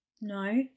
no